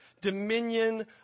dominion